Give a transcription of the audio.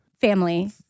Family